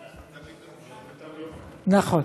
היא תמיד נחושה, נכון.